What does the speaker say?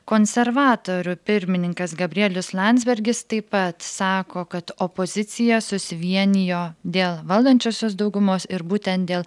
konservatorių pirmininkas gabrielius landsbergis taip pat sako kad opozicija susivienijo dėl valdančiosios daugumos ir būtent dėl